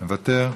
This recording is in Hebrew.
מוותר,